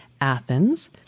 Athens